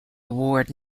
award